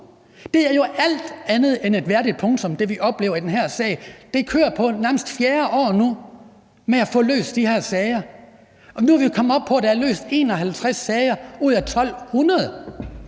sag, er jo alt andet end et værdigt punktum. Det kører på nærmest fjerde år nu med at få løst de her sager. Nu er vi kommet op på, at der er løst 51 sager ud af 1.200,